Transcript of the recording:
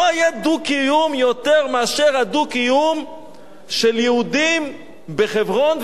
לא היה דו-קיום יותר מאשר הדו-קיום של יהודים וערבים בחברון.